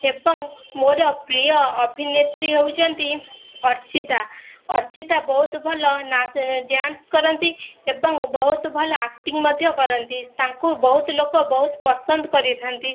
ଏବଂ ମୋର ପ୍ରିୟ ଅଭିନେତ୍ରୀ ହେଉଛନ୍ତି ଅର୍ଚ୍ଚିତା ଅର୍ଚ୍ଚିତା ବହୁତ ଭଲ ନା ସେ ଡ୍ୟାନ୍ସ୍ କରନ୍ତି ଏବଂ ବହୁତ ଭଲ ଆକ୍ଟିଙ୍ଗ୍ ମଧ୍ୟ କରନ୍ତି ତାଙ୍କୁ ବହୁତ ଲୋକ ବହୁତ ପସନ୍ଦ କରିଥାନ୍ତି